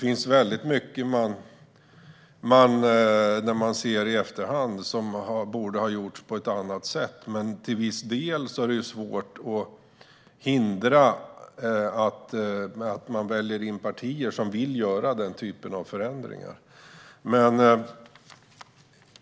I efterhand kan man alltså se väldigt mycket som borde ha gjorts på ett annat sätt, men till viss del är det svårt att hindra att man väljer in partier som vill göra den typen av förändringar.